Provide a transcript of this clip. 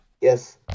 Yes